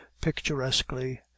picturesquely